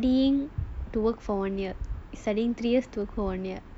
mm mm so you are studying to work for one year studying three years to work for one year